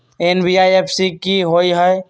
NBFC कि होअ हई?